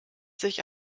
sich